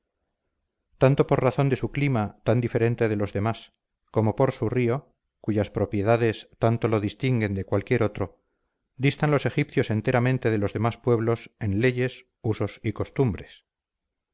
tanto por razón de su clima tan diferente de los demás como por su río cuyas propiedades tanto lo distinguen de cualquier otro distan los egipcios enteramente de los demás pueblos en leyes usos y costumbres